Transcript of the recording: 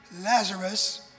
Lazarus